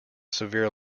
severe